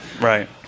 Right